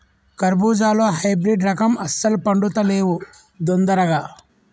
కర్బుజాలో హైబ్రిడ్ రకం అస్సలు పండుతలేవు దొందరగా